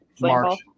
March